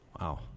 Wow